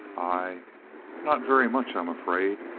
i not very much, i'm afraid.